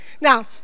now